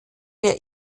der